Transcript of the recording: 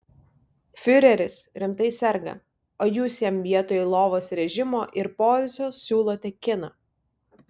fiureris rimtai serga o jūs jam vietoj lovos režimo ir poilsio siūlote kiną